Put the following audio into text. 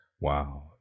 Wow